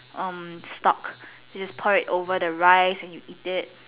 um stock where you just pour it over the rice and you eat it